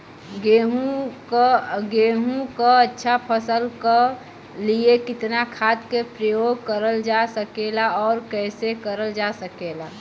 गेहूँक अच्छा फसल क लिए कितना खाद के प्रयोग करल जा सकेला और कैसे करल जा सकेला?